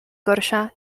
gorsza